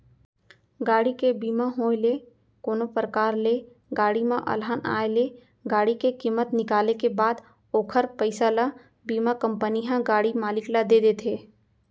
गाड़ी के बीमा होय ले कोनो परकार ले गाड़ी म अलहन आय ले गाड़ी के कीमत निकाले के बाद ओखर पइसा ल बीमा कंपनी ह गाड़ी मालिक ल देथे